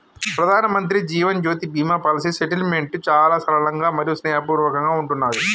ప్రధానమంత్రి జీవన్ జ్యోతి బీమా policy settlement చాలా సరళంగా మరియు స్నేహపూర్వకంగా ఉంటున్నాది